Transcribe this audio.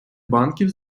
банків